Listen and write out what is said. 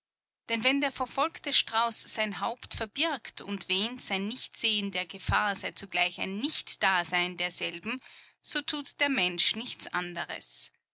denn wenn der verfolgte strauß sein haupt verbirgt und wähnt sein nichtsehen der gefahr sei zugleich ein nichtdasein derselben so tut der mensch nicht anders